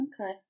Okay